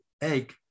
egg